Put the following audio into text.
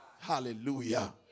Hallelujah